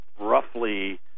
roughly